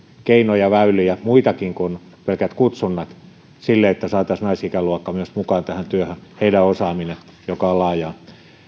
keinoja väyliä muitakin kuin pelkät kutsunnat että saataisiin naisikäluokka myös mukaan tähän työhön heidän osaamisensa joka on laajaa